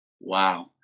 Wow